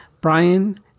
Brian